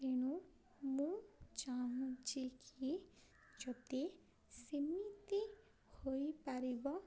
ତେଣୁ ମୁଁ ଚାହୁଁଛି କି ଯଦି ସେମିତି ହୋଇପାରିବ